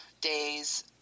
days